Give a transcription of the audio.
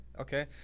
okay